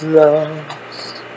lost